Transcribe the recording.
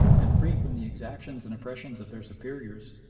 and free from the exactions and oppressions of their superiors,